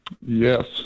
Yes